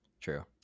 True